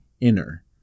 inner